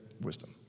wisdom